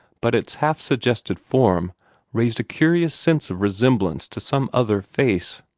but its half-suggested form raised a curious sense of resemblance to some other face.